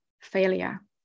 failure